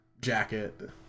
jacket